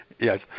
Yes